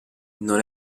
non